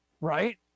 right